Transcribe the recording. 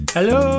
Hello